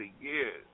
years